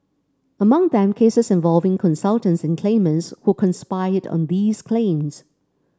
among them cases involving consultants and claimants who conspired on these claims